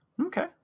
Okay